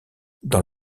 dans